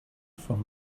from